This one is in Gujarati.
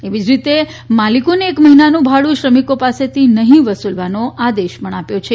એવીજ રીતે માલિકોને એક મહિનાનું ભાડૂ શ્રમિકો પાસેથી નહી વસૂલવાનો આદેશ આપ્યો છે